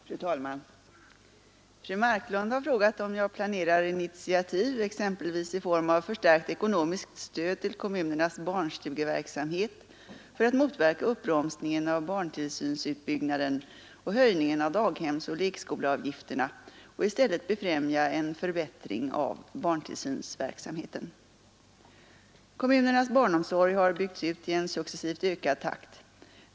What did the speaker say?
Fru talman! Fru Marklund har frågat om jag planerar initiativ, exempelvis i form av förstärkt ekonomiskt stöd till kommunernas barnstugeverksamhet, för att motverka uppbromsningen av barntillsynsutbyggnaden och höjningen av daghemsoch lekskoleavgifterna och i stället befrämja en förbättring av barntillsynsverksamheten. Kommunernas barnomsorg har byggts ut i en successivt ökad takt.